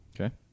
Okay